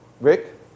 Rick